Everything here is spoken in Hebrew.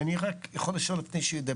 אני רק יכול לשאול שאלה?